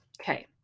okay